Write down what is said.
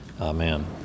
amen